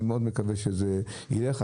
אני מקווה מאוד שזה ישתנה.